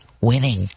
winning